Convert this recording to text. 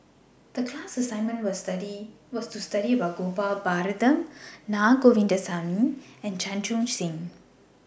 The class assignment was to study about Gopal Baratham Na Govindasamy and Chan Chun Sing